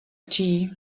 tea